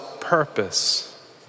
purpose